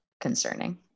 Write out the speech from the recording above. concerning